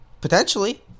potentially